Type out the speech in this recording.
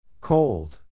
Cold